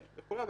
ועוד, אבל